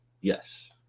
Yes